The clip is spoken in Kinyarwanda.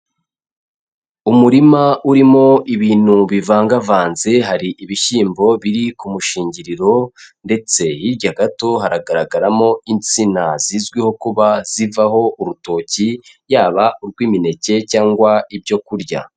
Umurima urimo ibintu bivangavanze, hari ibishyimbo biri ku mushingiriro, ndetse hirya gato haragaragaramo insina zizwiho kuba zivaho urutoki, yaba urw'imineke cyangwa ibyo kurya.